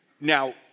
now